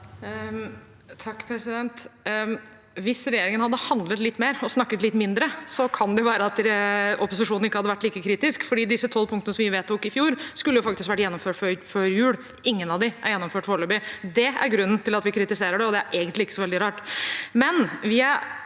Hvis regjer- ingen hadde handlet litt mer og snakket litt mindre, kan det være at opposisjonen ikke hadde vært like kritisk, for de tolv punktene vi vedtok i fjor, skulle faktisk vært gjennomført før jul. Ingen av dem er gjennomført foreløpig. Det er grunnen til at vi kritiserer det, og det er egentlig ikke så veldig rart.